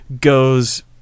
goes